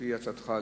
על-פי הצעתך,